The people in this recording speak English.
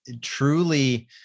truly